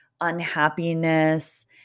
unhappiness